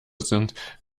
sind